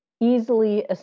easily